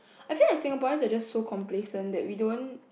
I think Singaporeans are just so complacent that we don't